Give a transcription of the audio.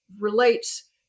relates